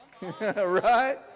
Right